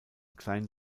kleinen